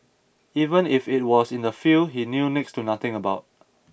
even if it was in a field he knew next to nothing about